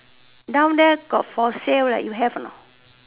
down there got for sale leh you have or not